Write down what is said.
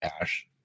Ash